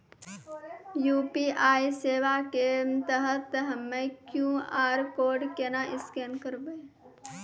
UPI सेवा के तहत हम्मय क्यू.आर कोड केना स्कैन करबै?